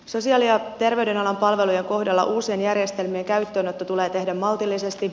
sosiaali ja terveysalan palvelujen kohdalla uusien järjestelmien käyttöönotto tulee tehdä maltillisesti